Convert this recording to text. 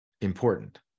important